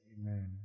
Amen